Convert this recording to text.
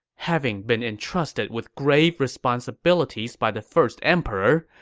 having been entrusted with grave responsibilities by the first emperor,